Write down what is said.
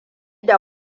da